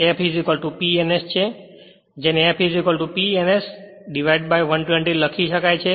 f P ns છે જેને f P ns divided 120 લખી શકાય છે